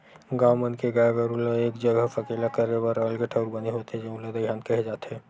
गाँव मन के गाय गरू ल एक जघा सकेला करे बर अलगे ठउर बने होथे जउन ल दईहान केहे जाथे